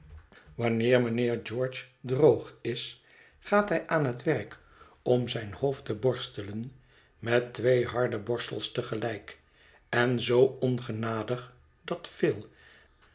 wanneer mijnheer george droog is gaat hij aan het wérk om zijn hoofd te borstelen met twee harde borstels te gelijk en zoo ongenadig dat phil